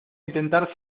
intentar